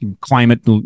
climate